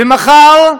ומחר.